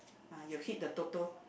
uh you hit the Toto